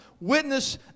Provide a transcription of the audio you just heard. witness